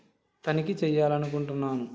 తనిఖీ చెయ్యాలనుకుంటున్నాను